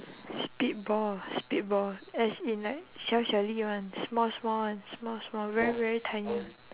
spit ball spit ball as in like 小小粒xiao xiao li [one] small small [one] small small very very tiny